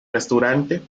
restaurante